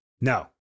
no